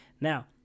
Now